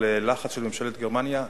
על לחץ של ממשלת גרמניה,